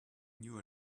knew